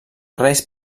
reis